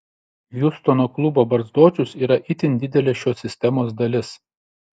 hjustono klubo barzdočius yra itin didelė šios sistemos dalis